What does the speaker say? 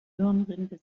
hirnrinde